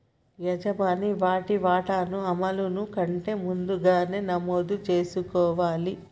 యజమాని వాటి వాటాను అమలును కంటే ముందుగానే నమోదు చేసుకోవాలి